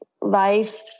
life